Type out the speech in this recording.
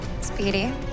Speedy